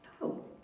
No